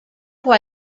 può